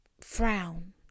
Frown